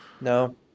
no